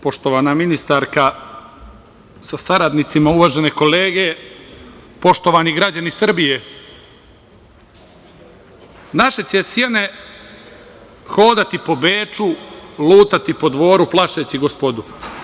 Poštovana ministarka sa saradnicima, uvažene kolege, poštovani građani Srbije: „Naše će sjene hodati po Beču, lutati po dvoru plašeći gospodu“